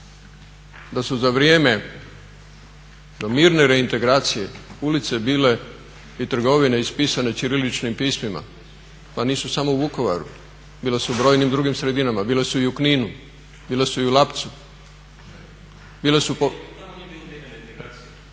da su za vrijeme mirne reintegracije ulice bile i trgovine ispisane ćiriličnim pismima, pa nisu samo u Vukovaru, bile su u brojnim drugim sredinama, bile su i u Kninu, bile su i u Lapcu,